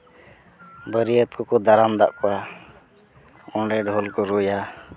ᱵᱟᱹᱨᱭᱟᱹᱛ ᱠᱚᱠᱚ ᱫᱟᱨᱟᱢ ᱫᱟᱜ ᱠᱚᱣᱟ ᱚᱸᱰᱮ ᱰᱷᱳᱞ ᱠᱚ ᱨᱩᱭᱟ